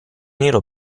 nero